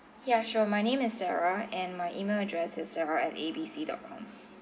ya sure my name is sarah and my email address is sarah at A B C dot com